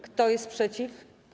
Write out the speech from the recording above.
Kto jest przeciw?